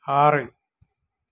ആറ്